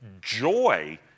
joy